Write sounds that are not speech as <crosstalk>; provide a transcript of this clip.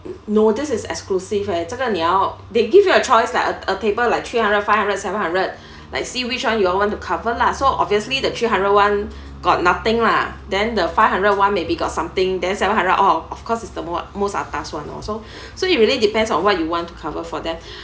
no this is exclusive eh 这个你要 they give you a choice like a table like three hundred five hundred seven hundred <breath> like see which one you all want to cover lah so obviously that three hundred one got nothing lah than the five hundred and one maybe got something then seven hundred oh of course is the m~ most atas one also <breath> so it really depends on what you want to cover for them <breath>